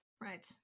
Right